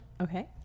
Okay